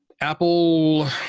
Apple